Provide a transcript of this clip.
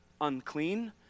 unclean